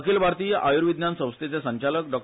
अखिल भारतीय आय्र्विज्ञान संस्थेचे संचालक डा